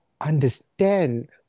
understand